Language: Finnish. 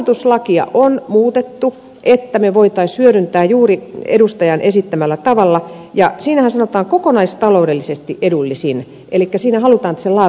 kilpailutuslakia on muutettu niin että me voisimme hyödyntää juuri edustajan esittämällä tavalla ja siinähän sanotaan että kokonaistaloudellisesti edullisin elikkä siinä halutaan että se laatukin otetaan huomioon